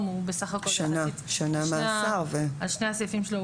על שני סעיפים שלו,